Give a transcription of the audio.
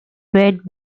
great